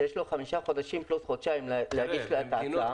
שיש לו חמישה חודשים פלוס חודשיים להגיש את ההצעה.